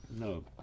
No